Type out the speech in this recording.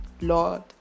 Lord